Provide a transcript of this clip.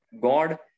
God